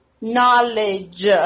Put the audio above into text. knowledge